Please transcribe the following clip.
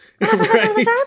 Right